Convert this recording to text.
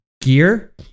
gear